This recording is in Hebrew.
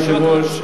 אדוני היושב-ראש,